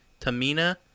Tamina